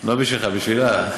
לא בשבילך, בשבילה.